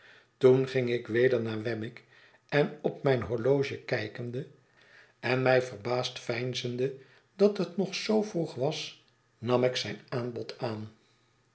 toen ging ik weder naar wemmick en op mijn horloge kijkende en mij verbaasd veinzende dat het nog zoo vroeg was nam ik zijn aanbod aan